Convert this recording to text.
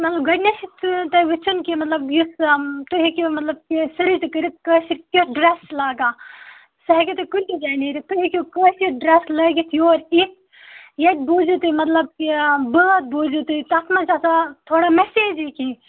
مطلب گۄڑٕنٮ۪تھ چھِ تۅہہِ وُچھِن کہِ مطلب یُس تُہۍ ہیٚکِو مطلب یہِ سِٔرِچ تہِ کٔرتھ کٲشِر کٮُ۪تھ ڈرٛیس چھِ لاگان سُہ ہیٚکِو تُہۍ کُن تہِ جایہِ نیٖرتھ تُہۍ ہیٚکِو کٲشِر ڈرٛیس لٲگِتھ یوٚر یِتھ ییٚتہِ بوٗزِو تُہۍ مطلب کہِ بٲتھ بوٗزِو تُہۍ تَتھ منٛز چھِ آسان تھوڑا میٚسیج ہِش کیٚنٛہہ